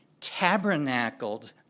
tabernacled